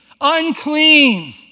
unclean